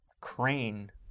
crane